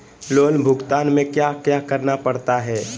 loan भुगतान में क्या क्या करना पड़ता है